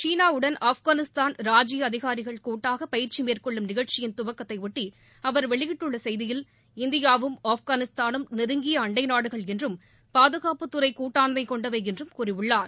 சீனாவுடன் ஆப்கானிஸ்தான் ராஜ்ஜிய அதிகாரிகள் கூட்டாக பயிற்சி மேற்கொள்ளும் நிகழ்ச்சியின் துவக்கத்தைபொட்டி அவர் வெளியிட்டுள்ள செய்தியில் இந்தியாவும் ஆப்கானிஸ்தானும் நெருங்கிய அண்டை நாடுகள் என்றும் பாதுகாப்புத்துறை கூட்டாண்மை கொண்டவை என்றும் கூறியுள்ளார்